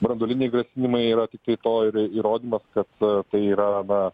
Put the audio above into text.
branduoliniai grasinimai yra tiktai to ir įrodymas kad tai yra na